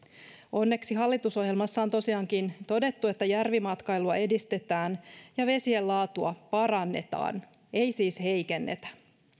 onneksi hallitusohjelmassa on tosiaankin todettu että järvimatkailua edistetään ja vesien laatua parannetaan ei siis heikennetä